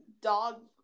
dog